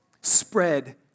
spread